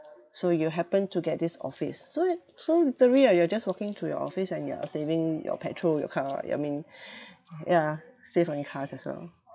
so you happen to get this office so you so literally right you're just walking to your office and you are saving your petrol your car I mean ya save on your cars as well